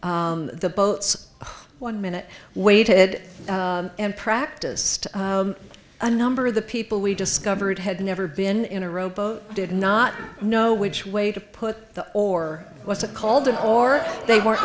the boats one minute waited and practiced a number of the people we discovered had never been in a rowboat did not know which way to put or what's it called or they were